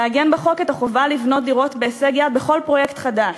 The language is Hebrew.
לעגן בחוק את החובה לבנות דירות בהישג יד בכל פרויקט חדש.